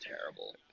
terrible